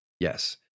Yes